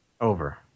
Over